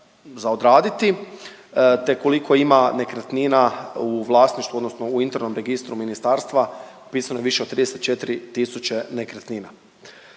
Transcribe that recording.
za odraditi, te koliko ima nekretnina u vlasništvu, odnosno u internom registru ministarstva. Upisano je više od 34000 nekretnina.